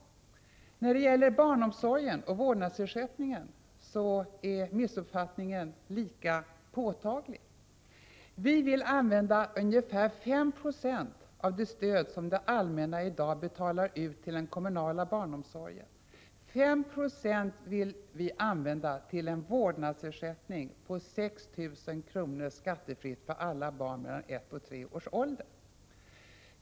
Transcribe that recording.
Missuppfattningen är lika påtaglig beträffande barnomsorgen och vårdnadsersättningen. Vi vill använda ungefär 5 960 av det stöd som det allmänna i dag betalar ut till den kommunala barnomsorgen till en vårdnadsersättning på 6 000 kr. skattefritt för alla barn mellan 1 och 3 års ålder.